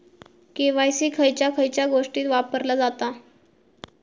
KYC खयच्या खयच्या गोष्टीत वापरला जाता?